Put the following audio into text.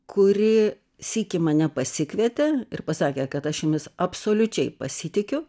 kuri sykį mane pasikvietė ir pasakė kad aš jumis absoliučiai pasitikiu